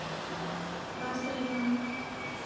ᱵᱟᱥ ᱨᱮᱢᱟ